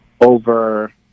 over